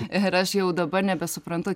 ir aš jau dabar nebesuprantu